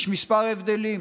יש כמה הבדלים.